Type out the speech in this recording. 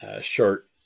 short